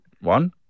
One